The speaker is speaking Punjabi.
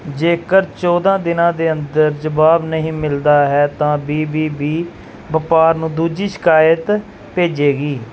ਜੇਕਰ ਚੌਂਦਾਂ ਦਿਨਾਂ ਦੇ ਅੰਦਰ ਜਵਾਬ ਨਹੀਂ ਮਿਲਦਾ ਹੈ ਤਾਂ ਬੀ ਬੀ ਬੀ ਵਪਾਰ ਨੂੰ ਦੂਜੀ ਸ਼ਿਕਾਇਤ ਭੇਜੇਗੀ